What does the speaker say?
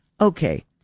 Okay